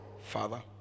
Father